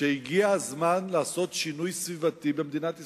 שהגיע הזמן לעשות שינוי סביבתי במדינת ישראל.